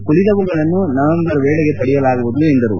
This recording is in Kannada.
ಉಳಿದವುಗಳನ್ನು ನವೆಂಬರ್ ವೇಳೆಗೆ ಪಡೆಯಲಾಗುವುದು ಎಂದರು